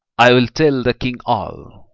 i will tell the king all,